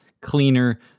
cleaner